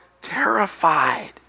terrified